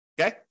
Okay